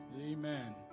Amen